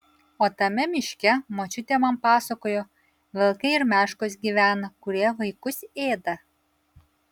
o tame miške močiutė man pasakojo vilkai ir meškos gyvena kurie vaikus ėda